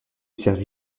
servi